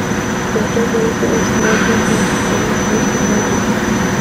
po to vaiką už nuodėmę ėmė mušti motina